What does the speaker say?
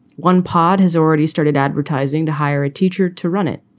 one pod has already started advertising to hire a teacher to run it.